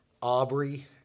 Aubrey